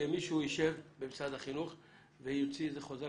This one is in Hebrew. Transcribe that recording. שמישהו ישב במשרד החינוך וימציא חוזר